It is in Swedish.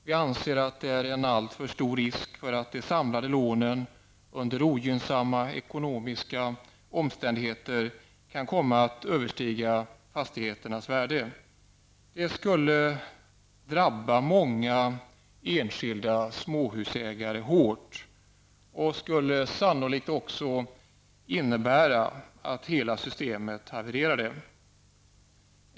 Vi anser att det föreligger en alltför stor risk att de samlade lånen under ogynnsamma ekonomiska omständigheter kan komma att överstiga fastigheternas värde. Det skulle drabba många enskilda småhusägare hårt och skulle sannolikt också innebära att hela systemet havererade.